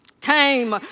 Came